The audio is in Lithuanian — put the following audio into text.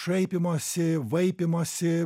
šaipymosi vaipymosi